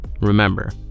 Remember